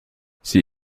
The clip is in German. sie